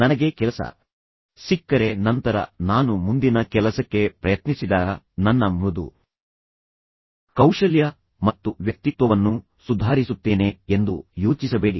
ನನಗೆ ಕೆಲಸ ಸಿಕ್ಕರೆ ನಂತರ ನಾನು ಮುಂದಿನ ಕೆಲಸಕ್ಕೆ ಪ್ರಯತ್ನಿಸಿದಾಗ ನನ್ನ ಮೃದು ಕೌಶಲ್ಯ ಮತ್ತು ವ್ಯಕ್ತಿತ್ವವನ್ನು ಸುಧಾರಿಸುತ್ತೇನೆ ಎಂದು ಯೋಚಿಸಬೇಡಿ